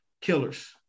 killers